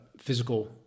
physical